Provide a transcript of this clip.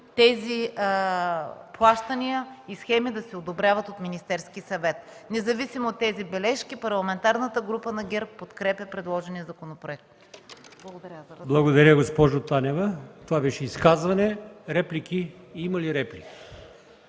тези плащания и схеми да се одобряват от Министерския съвет. Независимо от тези бележки, Парламентарната група на ГЕРБ подкрепя предложения законопроект. Благодаря Ви.